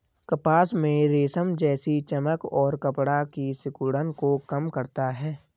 कपास में रेशम जैसी चमक और कपड़ा की सिकुड़न को कम करता है